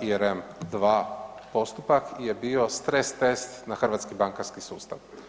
ERM2 postupak je bio stres test na hrvatski bankarski sustava.